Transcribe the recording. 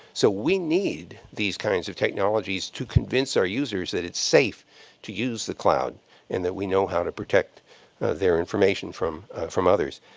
so we need these kinds of technologies to convince our users that it's safe to use the cloud and that we know how to protect their information from from others.